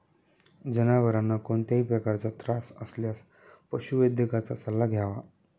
जनावरांना कोणत्याही प्रकारचा त्रास असल्यास पशुवैद्यकाचा सल्ला घ्यावा